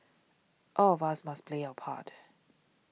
all of us must play our part